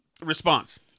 response